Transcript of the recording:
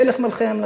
מלך מלכי המלכים.